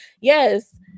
yes